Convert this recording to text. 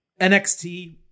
NXT